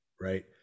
right